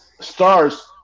stars